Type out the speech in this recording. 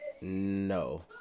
No